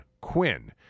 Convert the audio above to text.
Quinn